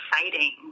exciting